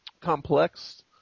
complex